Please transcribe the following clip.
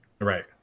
Right